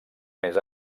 més